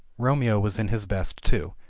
romeo was in his best too,